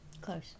Close